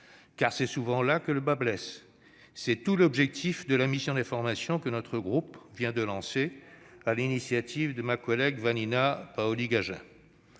car c'est souvent là que le bât blesse. C'est tout l'objectif de la mission d'information que notre groupe vient de lancer, sur l'initiative de ma collègue Vanina Paoli-Gagin.